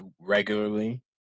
regularly